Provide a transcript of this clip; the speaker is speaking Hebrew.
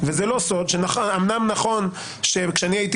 וזה לא סוד שאמנם נכון שכשאני הייתי